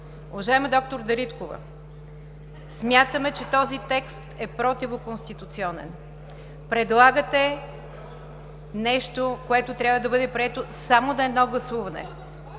Уважаема д-р Дариткова, смятаме, че този текст е противоконституционен. Предлагате нещо, което трябва да бъде прието само на едно гласуване.